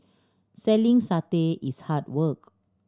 selling satay is hard work